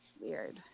weird